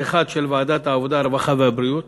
האחד של ועדת העבודה, הרווחה והבריאות